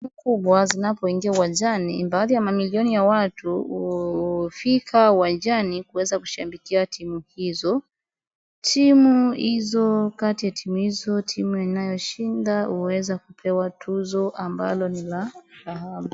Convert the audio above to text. Timu kubwa zinapoingia uwanjani, baadhi ya mamilioni ya watu hufika uwanjani kuweza kushabikia timu hizo. Timu hizo, kati ya timu hizo, timu inayoshinda huweza kupewa tuzo ambalo ni la dhahabu.